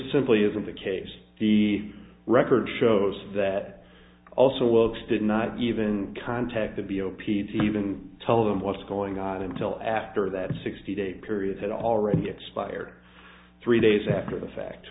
simply isn't the case the record shows that also looks did not even contact the b o p s even tell them what's going on until after that sixty day period had already expired three days after the fact